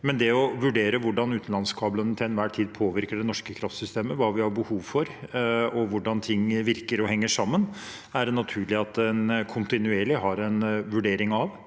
Men hvordan utenlandskablene til enhver tid påvirker det norske kraftsystemet, hva vi har behov for, og hvordan ting virker og henger sammen, er det naturlig at en kontinuerlig har en vurdering av.